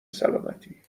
سالمتی